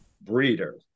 breeder